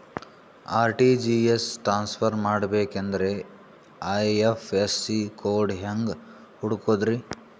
RTGS transfer ಮಾಡಬೇಕೆಂದರೆ IFSC code ಹೆಂಗ್ ಹುಡುಕೋದ್ರಿ?